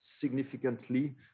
significantly